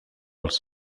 als